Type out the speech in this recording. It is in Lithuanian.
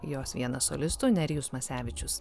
jos vienas solistų nerijus masevičius